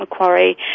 Macquarie